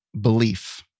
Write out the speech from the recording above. belief